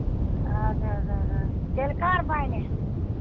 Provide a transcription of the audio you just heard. اَدٕ حظ اَدٕ حظ تیٚلہِ کر بَنہِ